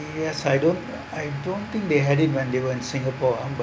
yes I don't I don't think they had it when they were in singapore